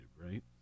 right